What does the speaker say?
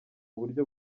buryo